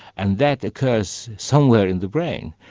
and that occurs somewhere in the brain.